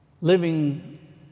living